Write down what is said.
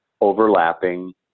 overlapping